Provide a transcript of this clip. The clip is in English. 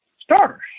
starters